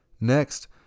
Next